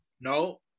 No